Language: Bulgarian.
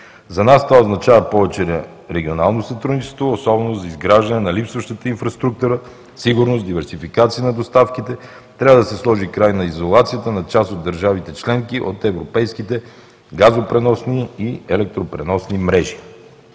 За нас това означава повече регионално сътрудничество, особено за изграждане на липсващата инфраструктура, сигурност, диверсификация на доставките. Трябва да се сложи край на изолацията на част от държавите членки от европейските газопреносни и електропреносни мрежи.